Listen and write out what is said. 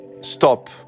stop